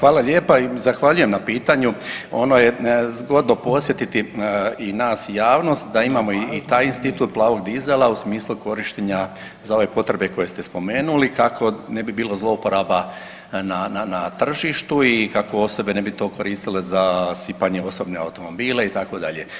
Da, hvala lijepa i zahvaljujem na pitanju ono je zgodno podsjetiti i nas i javnost da imamo i taj institut plavog dizela u smislu korištenja za ove potrebe koje ste spomenuli kako ne bi bilo zlouporaba na tržištu i kako osobe ne bi to koristile za sipanje u osobne automobile itd.